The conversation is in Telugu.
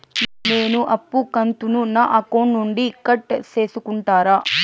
నేను అప్పు కంతును నా అకౌంట్ నుండి కట్ సేసుకుంటారా?